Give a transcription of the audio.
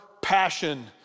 passion